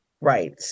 Right